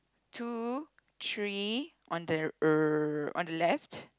two three on the uh on the left